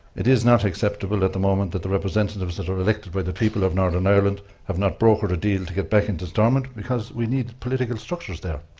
it is not acceptable at the moment that the representatives that were elected by the people of northern ireland have not brokered a deal to get back into stormont, because we need political structures there.